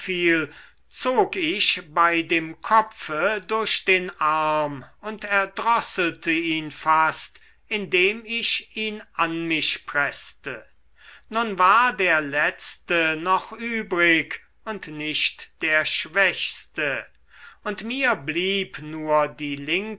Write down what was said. ich bei dem kopfe durch den arm und erdrosselte ihn fast indem ich ihn an mich preßte nun war der letzte noch übrig und nicht der schwächste und mir blieb nur die linke